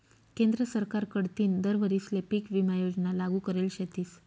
केंद्र सरकार कडथीन दर वरीसले पीक विमा योजना लागू करेल शेतीस